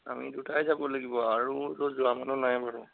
আমি দুটাই যাব লাগিব আৰুটো যোৱা মানুহ নাই বাৰু